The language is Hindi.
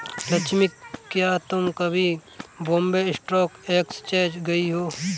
लक्ष्मी, क्या तुम कभी बॉम्बे स्टॉक एक्सचेंज गई हो?